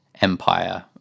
empire